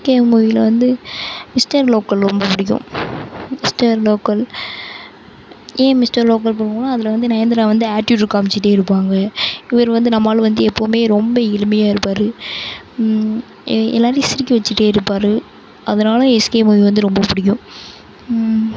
SK மூவியில் வந்து Mister Local ரொம்ப பிடிக்கும் மிஸ்டர் லோக்கல் ஏன் மிஸ்டர் லோக்கல் பிடிக்குனா அதில் வந்து நயன்தாரா வந்து ஆட்டிட்டியூட் காமிச்சுட்டே இருப்பாங்க இவரு வந்து நம்மாள் வந்து எப்பவுமே ரொம்ப எளிமையாக இருப்பார் எல்லோரையும் சிரிக்க வச்சுட்டே இருப்பார் அதனால எஸ்கே மூவி வந்து ரொம்ப பிடிக்கும்